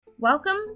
Welcome